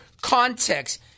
context